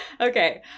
Okay